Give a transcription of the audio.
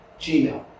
Gmail